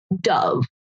dove